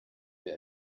wer